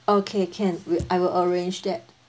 okay can will I will arrange that